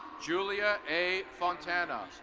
julia a fontana.